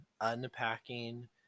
unpacking